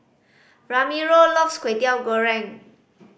Ramiro loves Kwetiau Goreng